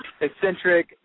eccentric